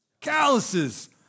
Calluses